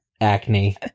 acne